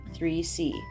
3C